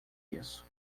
isso